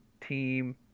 team